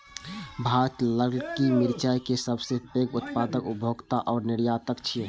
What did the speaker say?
भारत ललकी मिरचाय के सबसं पैघ उत्पादक, उपभोक्ता आ निर्यातक छियै